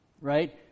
right